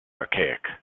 archaic